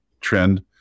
trend